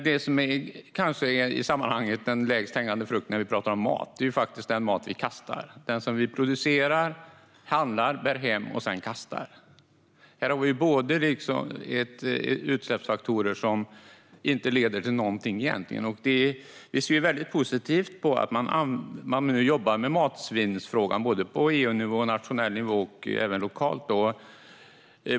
Det som kanske är den lägst hängande frukten när vi talar om mat är dock den mat vi kastar. Det är mat vi producerar, handlar, bär hem och sedan kastar. Här har vi utsläppsfaktorer som egentligen inte leder till någonting, och Liberalerna ser positivt på att man nu jobbar med matsvinnsfrågan på såväl EU-nivå och nationell nivå som lokalt.